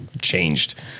changed